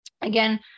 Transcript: Again